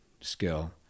skill